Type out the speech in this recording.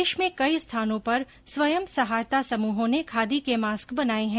देश में कई स्थानों पर स्वयं सहायता समूहों ने खादी के मास्क बनाए हैं